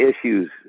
issues